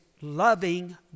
loving